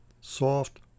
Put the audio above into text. Soft